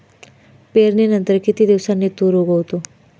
पेरणीनंतर किती दिवसांनी तूर उगवतो?